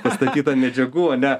pastatyta medžiagų ane